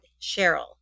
Cheryl